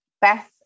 Beth